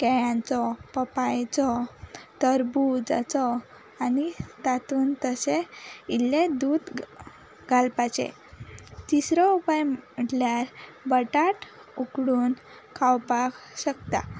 केळ्यांचो पपायचो तरबुजाचो आनी तातून तसें इल्लें दूद घालपाचें तिसरो उपाय म्हटल्यार बटाट उकडून खावपाक शकता